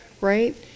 right